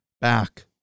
back